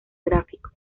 gráfico